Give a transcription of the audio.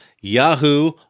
Yahoo